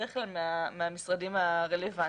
בדרך כלל מהמשרדים הרלוונטיים.